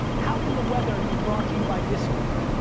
how can the weather be brought to you by this group?